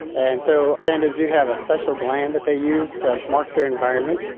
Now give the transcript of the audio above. and so pandas do have a special gland that they use to mark their environment,